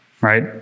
Right